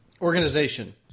organization